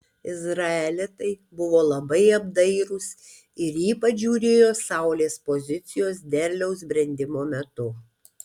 izraelitai buvo labai apdairūs ir ypač žiūrėjo saulės pozicijos derliaus brendimo metu